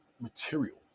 material